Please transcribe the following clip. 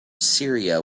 syria